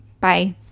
Bye